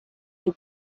can